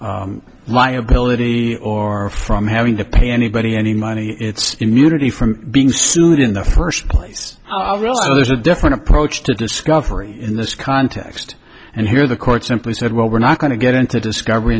from liability or from having to pay anybody any money it's immunity from being sued in the first place i realize there's a different approach to discovery in this context and here the court simply said well we're not going to get into discovery